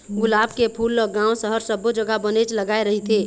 गुलाब के फूल ल गाँव, सहर सब्बो जघा बनेच लगाय रहिथे